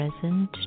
present